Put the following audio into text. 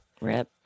Rip